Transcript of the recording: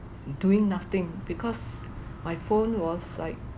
doing nothing because my phone was like